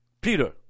Peter